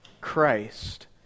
Christ